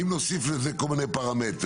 אם נוסיף לזה כל מיני פרמטרים,